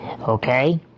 okay